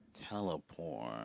Teleport